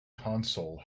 console